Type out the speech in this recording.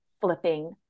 flipping